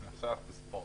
עכשיו אנחנו בספורט.